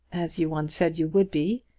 as you once said you would be,